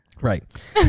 Right